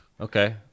Okay